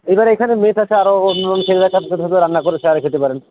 এবার এখানে মেস আছে আরও অন্যান্য ছেলেরা রান্না করে শেয়ারে খেতে পারেন